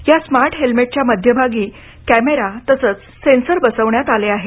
या स्मार्ट हेल्मेटच्या मध्यभागी कॅमेरा तसेच सेन्सर बसविण्यात आले आहे